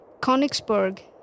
Konigsberg